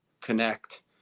connect